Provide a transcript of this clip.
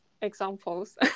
examples